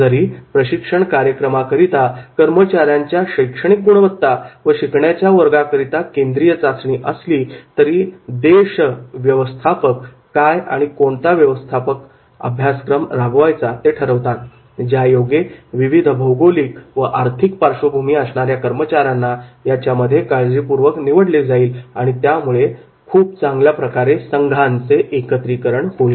जरी प्रशिक्षण कार्यक्रमाकरिता कर्मचाऱ्यांच्या शैक्षणिक गुणवत्ता व शिकण्याच्या वर्गाकरिता केंद्रीय चाचणी जरी असली तरी देश व्यवस्थापक काय आणि कोणता अभ्यासक्रम राबवायचा ते ठरवतात ज्यायोगे विविध भौगोलिक व आर्थिक पार्श्वभूमी असणाऱ्या कर्मचाऱ्यांना याच्यामध्ये काळजीपूर्वक निवडले जाईल आणि त्यामुळे खूप चांगल्या प्रकारे संघाचे एकत्रीकरण होईल